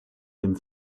dem